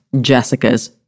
Jessica's